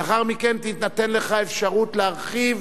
לאחר מכן תינתן לך אפשרות להרחיב.